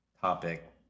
topic